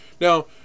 Now